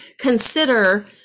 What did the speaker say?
consider